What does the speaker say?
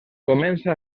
comença